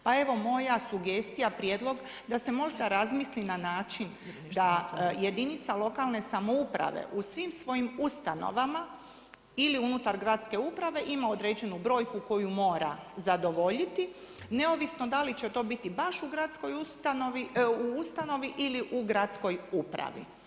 Pa evo moja sugestija, prijedlog da se možda razmisli na način da jedinica lokalne samouprave u svim svojim ustanovama ili unutar gradske uprave ima određenu brojku koju mora zadovoljiti neovisno da li će to biti baš u gradskoj ustanovi ili u gradskoj upravi.